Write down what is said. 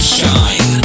shine